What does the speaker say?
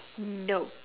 no